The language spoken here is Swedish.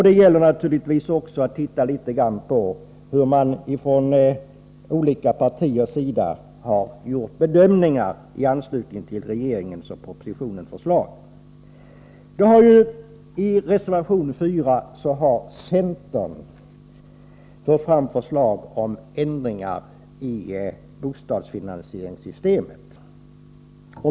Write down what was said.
Det finns naturligtvis skäl att titta litet grand på vilka bedömningar olika partier har gjort i anslutning till regeringens förslag. I reservation 4 har centern fört fram förslag om ändringar i bostadsfinansieringssystemet.